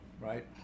right